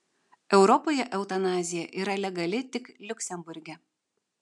europoje eutanazija yra legali tik liuksemburge